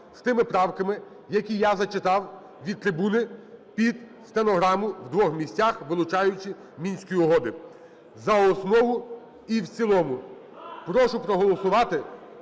з тими правками, які я зачитав від трибуни під стенограму, в двох місця вилучаючи Мінські угоди, за основу і в цілому. Прошу проголосувати.